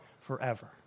forever